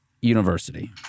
University